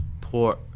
poor